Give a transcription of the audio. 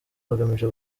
bagamije